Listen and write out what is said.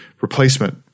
replacement